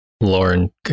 Lauren